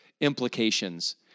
implications